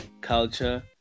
culture